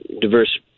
diverse